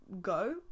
go